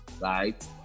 right